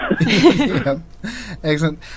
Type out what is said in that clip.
Excellent